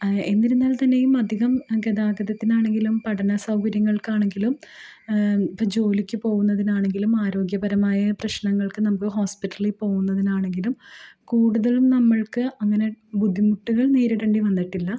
എന്നിരുന്നാൽ തന്നെയും അധികം ഗതാഗതത്തിനാണെങ്കിലും പഠന സൗകര്യങ്ങൾക്കാണെങ്കിലും ജോലിക്ക് പോവുന്നതിനാണെങ്കിലും ആരോഗ്യപരമായ പ്രശ്നങ്ങൾക്ക് നമുക്ക് ഹോസ്പിറ്റലിൽ പോവുന്നതിനാണെങ്കിലും കൂടുതലും നമ്മൾക്ക് അങ്ങനെ ബുദ്ധിമുട്ടുകൾ നേരിടേണ്ടി വന്നിട്ടില്ല